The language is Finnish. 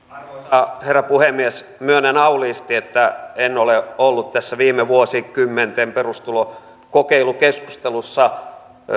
arvoisa herra puhemies myönnän auliisti että en ole ollut tässä viime vuosikymmenten perustulokokeilukeskustelussa